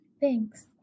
Thanks